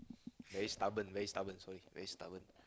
very stubborn very stubborn sorry very stubborn